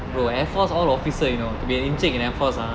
ya